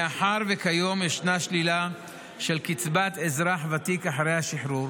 מאחר שכיום ישנה שלילה של קצבת אזרח ותיק אחרי השחרור,